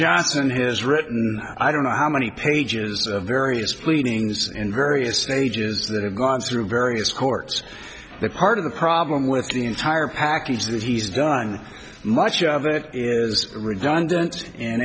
johnson has written i don't know how many pages of various pleadings in various stages that have gone through various courts the part of the problem with the entire package that he's done much of it is redundant and